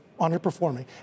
underperforming